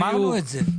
אמרנו את זה.